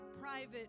private